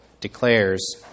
declares